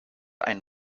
einen